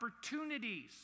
opportunities